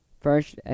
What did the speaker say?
first